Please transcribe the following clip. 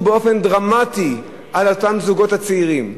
באופן דרמטי על אותם הזוגות הצעירים.